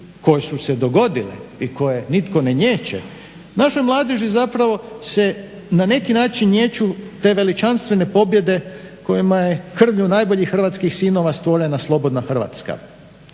koje su se dogodile i koje nitko ne niječe, naša mladež zapravo se na neki način niječu te veličanstvene pobjeda kojima je od najboljih sinova stvorena slobodna Hrvatska.